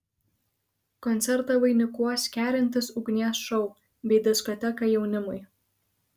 koncertą vainikuos kerintis ugnies šou bei diskoteka jaunimui